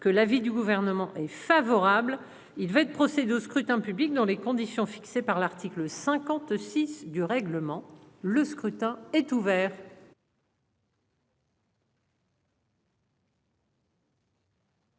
que celui du Gouvernement est favorable. Il va être procédé au scrutin dans les conditions fixées par l'article 56 du règlement. Le scrutin est ouvert.